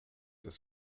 des